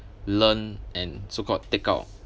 learn and so called take out